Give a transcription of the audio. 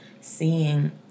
seeing